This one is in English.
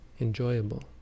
enjoyable